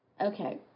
Okay